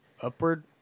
Upward